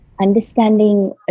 understanding